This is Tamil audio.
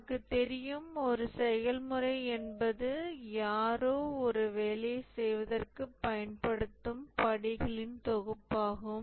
நமக்கு தெரியும் ஒரு செயல்முறை என்பது யாரோ ஒரு வேலையைச் செய்வதற்குப் பயன்படுத்தும் படிகளின் தொகுப்பாகும்